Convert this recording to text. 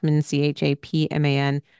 C-H-A-P-M-A-N